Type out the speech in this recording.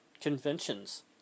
conventions